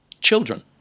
children